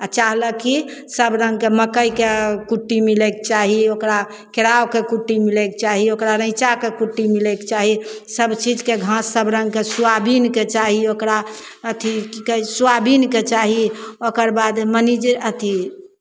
आ चाहलक कि सभ रङ्गके मक्कइके कुट्टी मिलयके चाही ओकरा केराउके कुट्टी मिलयके चाही ओकरा रैँचाके कुट्टी मिलयके चाही सभ चीजके घास सभ रङ्गके सोआबीनके चाही ओकरा अथि की कहै छै सोआबीनके चाही ओकर बाद मने जे अथि